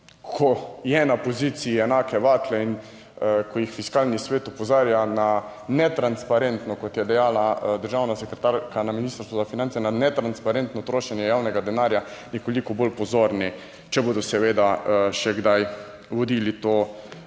ko je na poziciji enake vatle in ko jih Fiskalni svet opozarja na netransparentno, kot je dejala državna sekretarka na Ministrstvu za finance, na netransparentno trošenje javnega denarja nekoliko bolj pozorni, če bodo seveda še kdaj vodili to vlado.